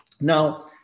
Now